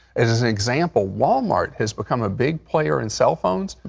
as an example wal-mart has become a big player in cell phones,